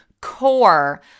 core